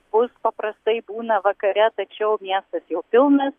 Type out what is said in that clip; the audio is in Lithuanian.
bus paprastai būna vakare tačiau miestas jau pilnas